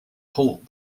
halt